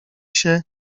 się